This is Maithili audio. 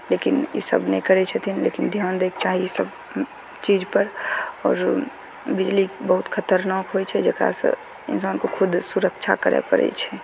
लेकिन ईसब नहि करय छथिन लेकिन ध्यान दैके चाही ईसब चीजपर आओर बिजली बहुत खतरनाक होइ छै जकरासँ इंसानके खुद सुरक्षा करय पड़य छै